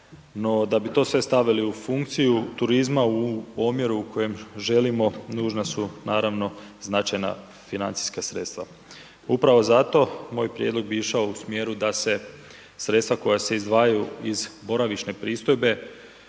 da bi to sve stavili u funkciju turizma u omjeru u kojem želimo, nužna su naravno značajna financijska sredstva. Upravo zato moj prijedlog bi išao u smjeru da se sredstva koja se izdvajaju iz boravišne pristojbe